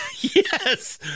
yes